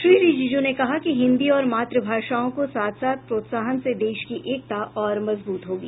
श्री रिजीज़ ने कहा कि हिन्दी और मात्र भाषाओं को साथ साथ प्रोत्साहन से देश की एकता और मजबूत होगी